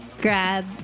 grab